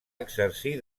exercir